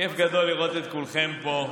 כיף גדול לראות את כולכם פה.